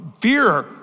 fear